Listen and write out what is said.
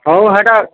ହଉ ହେଟା